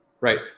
right